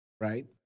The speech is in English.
Right